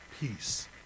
peace